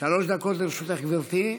שלוש דקות לרשותך, גברתי.